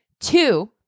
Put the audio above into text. Two